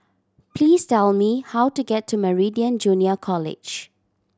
please tell me how to get to Meridian Junior College